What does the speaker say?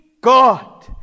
God